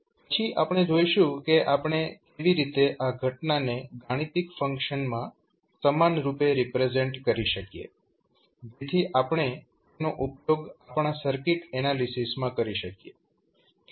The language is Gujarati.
પછી આપણે જોઈશું કે આપણે કેવી રીતે આ ઘટનાને ગાણિતિક ફંક્શનમાં સમાનરૂપે રિપ્રેઝેન્ટ કરી શકીએ જેથી આપણે તેનો ઉપયોગ આપણા સર્કિટ એનાલિસીસમાં કરી શકીએ